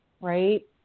right